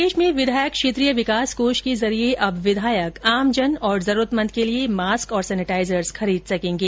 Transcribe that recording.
प्रदेश में विधायक क्षेत्रीय विकास कोष के जरिये अब विधायक आमजन और जरूरतमंद के लिए मास्क और सैनेटाइजर्स खरीद सकेंगे